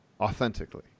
authentically